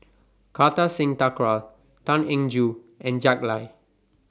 Kartar Singh Thakral Tan Eng Joo and Jack Lai